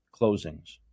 closings